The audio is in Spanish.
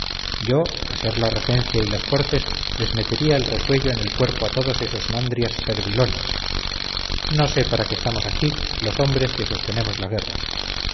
yo a ser la regencia y las cortes les metería el resuello en el cuerpo a todos esos mandrias servilones no sé para qué estamos aquí los hombres que sostenemos la guerra